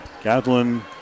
Kathleen